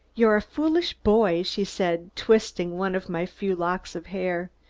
you're a foolish boy, she said, twisting one of my few locks of hair.